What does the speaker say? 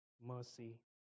mercy